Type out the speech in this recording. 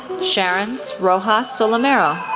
sharence rojas solomero,